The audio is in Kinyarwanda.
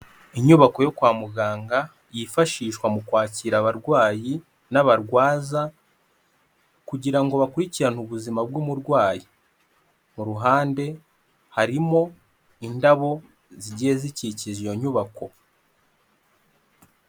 Inyubako yo kwa muganga yifashishwa mu kwakira abarwayi n'abarwaza kugira ngo bakurikirane ubuzima bw'umurwayi. Mu ruhande harimo indabo zigiye zikikije iyo nyubako.